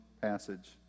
passage